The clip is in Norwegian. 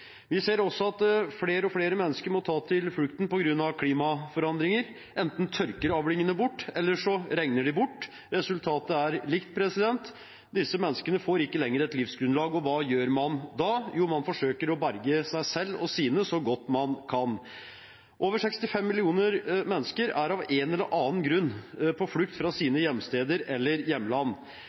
Vi ser også at flere og flere mennesker må ta til flukt på grunn av klimaforandringer. Enten tørker avlingene bort, eller så regner de bort. Resultatet er likt. Disse menneskene får ikke lenger et livsgrunnlag, og hva gjør man da? Jo, man forsøker å berge seg selv og sine så godt man kan. Over 65 millioner mennesker er av en eller annen grunn på flukt fra sine hjemsteder eller hjemland.